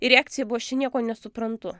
ir reakcija buvo aš čia nieko nesuprantu